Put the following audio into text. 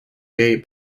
gay